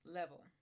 level